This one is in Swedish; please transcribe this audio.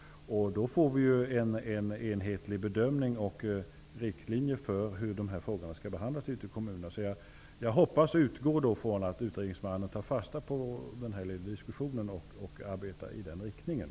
Vi skulle då få en enhetlig bedömning av riktlinjerna för hur dessa frågor skall behandlas ute i kommunerna. Jag hoppas och utgår från att utredningsmannen tar fasta på vår diskussion och arbetar i den riktningen.